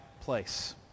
place